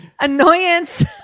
Annoyance